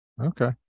Okay